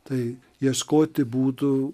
tai ieškoti būdų